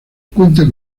cuenta